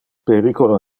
periculo